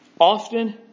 often